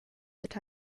that